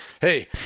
hey